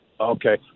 okay